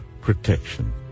protection